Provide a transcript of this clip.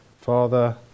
Father